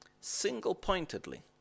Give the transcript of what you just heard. single-pointedly